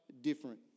different